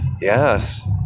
Yes